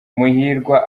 muhirwa